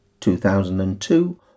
2002